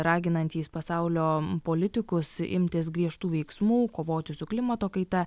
raginantys pasaulio politikus imtis griežtų veiksmų kovoti su klimato kaita